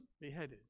beheaded